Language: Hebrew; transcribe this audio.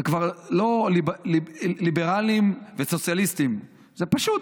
זה כבר לא ליברלים וסוציאליסטים, זה פשוט,